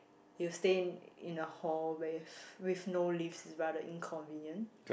you stay in a hall where with no lifts is rather inconvenient